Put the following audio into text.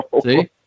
See